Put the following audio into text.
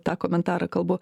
tą komentarą kalbu